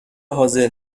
حاضر